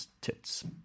tits